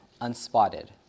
unspotted